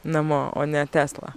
namo o ne tesla